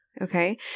Okay